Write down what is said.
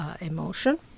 emotion